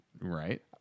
right